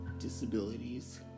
disabilities